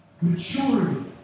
maturity